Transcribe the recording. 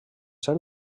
ser